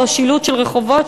לא שילוט של רחובות,